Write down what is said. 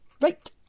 Right